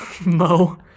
Mo